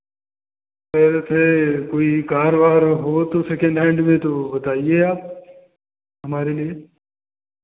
कह रहे थे कोई कार वार हो तो सेकंड हैण्ड में तो बताइये आप हमारे लिए